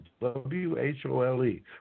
W-H-O-L-E